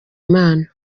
imana